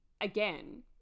again